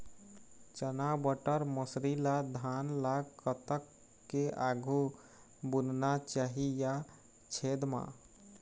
चना बटर मसरी ला धान ला कतक के आघु बुनना चाही या छेद मां?